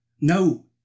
No